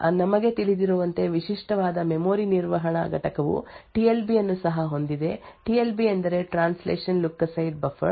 ಈಗ ನಮಗೆ ತಿಳಿದಿರುವಂತೆ M M U T L B ಅನ್ನು ಸಹ ಒಳಗೊಂಡಿದೆ ಇದು ಆರ್ಮ್ ಕೋರ್ ನಲ್ಲಿ ಈಗ ಟಿ ಎಲ್ ಬಿ ಅನ್ನು ಸ್ವಲ್ಪಮಟ್ಟಿಗೆ ಮಾರ್ಪಡಿಸಲಾದ ಟ್ರಸ್ಟ್ಝೋನ್ ಅನ್ನು ಸಕ್ರಿಯಗೊಳಿಸಿದ ಟ್ರಾನ್ಸ್ಲೇಷನ್ ಲುಕ್ ಅಸೈಡ್ ಬಫರ್ ಆಗಿದೆ